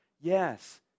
yes